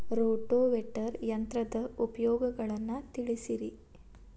rotavator ಯಂತ್ರದ ಉಪಯೋಗಗಳನ್ನ ತಿಳಿಸಿರಿ